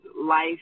life